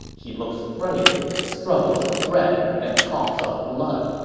he looks frail, struggles for breath, and coughs up blood.